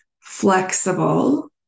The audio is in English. flexible